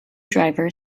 driver